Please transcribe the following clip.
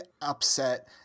upset